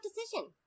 decision